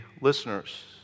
listeners